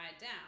down